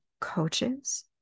coaches